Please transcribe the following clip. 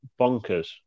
bonkers